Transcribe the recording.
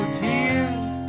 tears